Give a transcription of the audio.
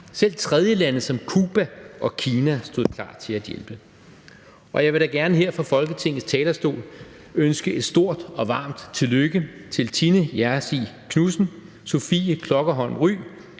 Selv tredjelande som Cuba og Kina stod klar til at hjælpe. Og jeg vil da gerne her fra Folketingets talerstol ønske et stort og varmt tillykke til Tinne Hjersing Knudsen, Sofie Klokkerholm Rye